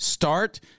Start